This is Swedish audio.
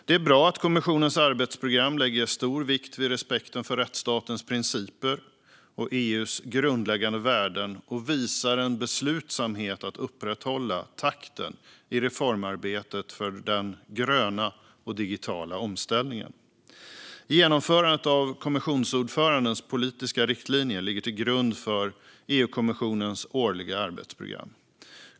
Det är bra att kommissionen i sitt arbetsprogram lägger stor vikt vid respekten för rättsstatens principer och EU:s grundläggande värden och visar beslutsamhet att upprätthålla takten i reformarbetet för den gröna och digitala omställningen. Genomförandet av kommissionsordförandens politiska riktlinjer ligger till grund för EU-kommissionens årliga arbetsprogram.